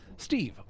Steve